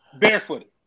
barefooted